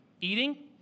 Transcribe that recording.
eating